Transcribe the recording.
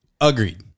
Agreed